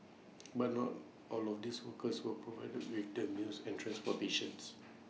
but not all of these workers were provided with the meals and transportations